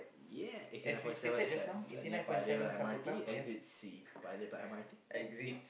yeah eighty nine point seven is at near Paya-Lebar M_R_T exit C Paya-Lebar M_R_T exit